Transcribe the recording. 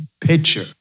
picture